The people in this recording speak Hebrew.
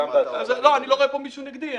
לא, אני לא רואה פה מישהו נגדי.